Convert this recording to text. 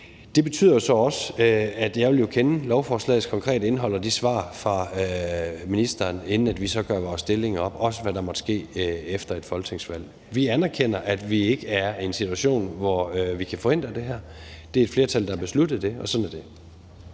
Det betyder så også, at jeg jo vil kende lovforslagets konkrete indhold og de svar fra ministeren, inden vi gør vores stilling op – også hvad der måtte ske efter et folketingsvalg. Vi anerkender, at vi ikke er i en situation, hvor vi kan forhindre det her. Det er et flertal, der har besluttet det, og sådan er det.